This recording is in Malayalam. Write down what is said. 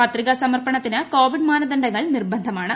പത്രികാസമർപ്പണത്തിന് കോവിഡ് മാനദണ്ഡങ്ങൾ നിർബന്ധമാണ്